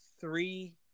three